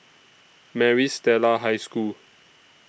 Maris Stella High School